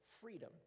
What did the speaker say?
freedom